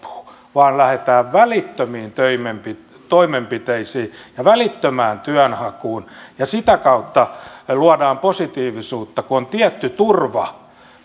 vaan lähdetään välittömiin toimenpiteisiin ja välittömään työnhakuun ja sitä kautta luodaan positiivisuutta kun on tietty turva